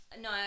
no